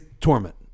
torment